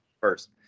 first